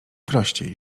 prościej